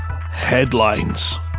headlines